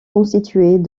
constitués